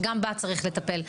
שגם בזה צריך לטפל.